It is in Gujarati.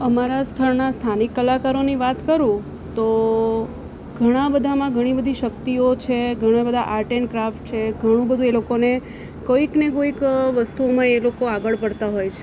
અમારા સ્થળના સ્થાનિક ક્લાકારોની વાત કરું તો ઘણા બધામાં ઘણી બધી શક્તિઓ છે ઘણા બધા આર્ટ એન્ડ ક્રાફ્ટ છે ઘણું બધુ એ લોકોને કોઈકને કોઈક વસ્તુમાં એ લોકો આગળ પડતા હોય છે